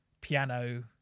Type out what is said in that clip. piano